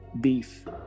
beef